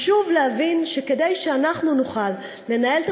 חשוב להבין שכדי שאנחנו נוכל לנהל את